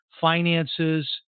finances